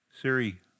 Siri